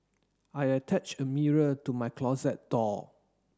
I attached a mirror to my closet door